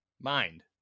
mind